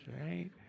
right